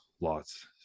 lots